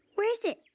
where is it?